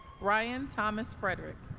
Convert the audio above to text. ryan thomas frederick